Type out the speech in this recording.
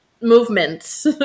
movements